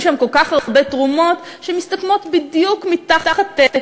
שם כל כך הרבה תרומות שמסתכמות בדיוק מתחת,